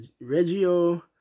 Reggio